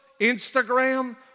Instagram